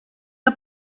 der